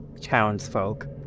townsfolk